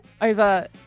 over